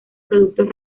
productos